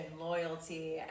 loyalty